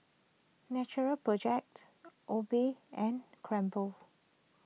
Natural Project Obey and